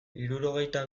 hirurogeita